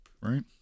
right